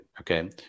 okay